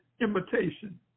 imitation